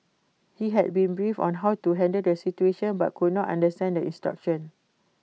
he had been briefed on how to handle the situation but could not understand the instructions